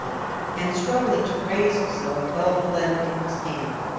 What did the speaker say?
and, struggling to raise himself, felt the letter in his hand.